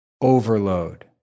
overload